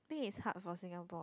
I think is hard for Singapore